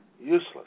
useless